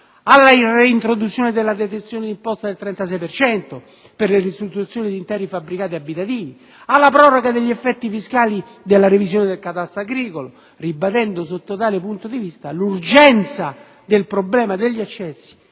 alla reintroduzione della detrazione di imposta del 36 per cento per le ristrutturazioni di interi fabbricati abitativi, alla proroga degli effetti fiscali della revisione del catasto agricolo, ribadendo sul totale punto di vista l'urgenza del problema degli accessi